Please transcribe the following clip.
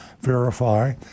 verify